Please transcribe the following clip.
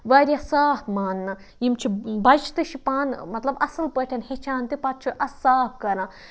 واریاہ صاف ماننہٕ یِم چھِ بَچہِ تہِ چھِ پانہٕ مطلب اَصٕل پٲٹھۍ ہیٚچھان تہِ پَتہٕ چھُ اَتھٕ صاف کَران